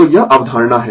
तो यह अवधारणा है